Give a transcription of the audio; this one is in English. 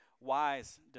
wise